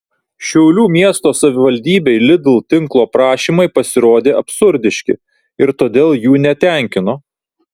šiaulių miesto savivaldybei lidl tinklo prašymai pasirodė absurdiški ir todėl jų netenkino